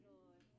Lord